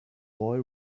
boy